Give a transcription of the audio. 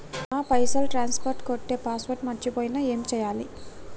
నా పైసల్ ట్రాన్స్ఫర్ కొట్టే పాస్వర్డ్ మర్చిపోయిన ఏం చేయాలి?